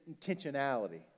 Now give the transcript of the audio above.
intentionality